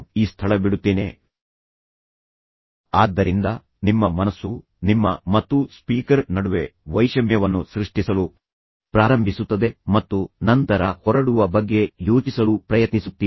ಆದ್ದರಿಂದ ನಾನು ಈ ಸ್ಥಳ ಬಿಡುತ್ತೇನೆ ಆದ್ದರಿಂದ ಸ್ವಯಂಚಾಲಿತವಾಗಿ ನಿಮ್ಮ ಮನಸ್ಸು ನಿಮ್ಮ ಮತ್ತು ಸ್ಪೀಕರ್ ನಡುವೆ ಒಂದು ರೀತಿಯ ವೈಷಮ್ಯವನ್ನು ಸೃಷ್ಟಿಸಲು ಪ್ರಾರಂಭಿಸುತ್ತದೆ ಮತ್ತು ನಂತರ ಮತ್ತು ನೀವು ಹೊರಡುವ ಬಗ್ಗೆ ಯೋಚಿಸಲು ಪ್ರಯತ್ನಿಸುತ್ತೀರಿ